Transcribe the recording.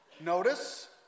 Notice